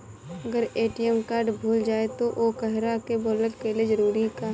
अगर ATM card भूला जाए त का ओकरा के बलौक कैल जरूरी है का?